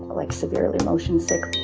like, severely motion sick.